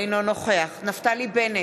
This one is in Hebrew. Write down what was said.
אינו נוכח נפתלי בנט,